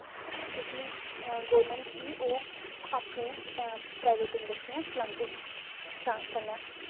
जेह्की गौरमैंट ही ओह् अपूं प्राईवेट इंडस्ट्रियां चलांदी ही कन्नै